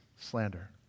slander